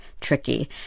tricky